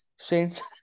Shane's